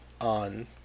on